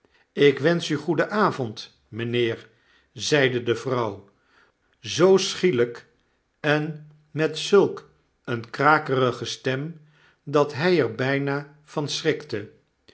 ik wensch u goeden avond mijnheer zeide de vrouw zoo schielijk en met zulk eenekrakerige stem dat hij er bijna van schrikte